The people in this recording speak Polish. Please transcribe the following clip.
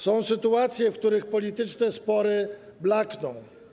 Są sytuacje, w których polityczne spory blakną.